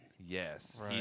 Yes